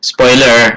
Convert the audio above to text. Spoiler